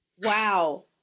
wow